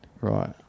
Right